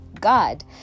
God